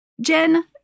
Jen